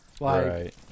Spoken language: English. Right